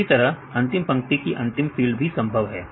इसी तरह अंतिम पंक्ति कि अंतिम फील्ड भी संभव है